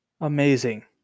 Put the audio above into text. amazing